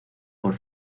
por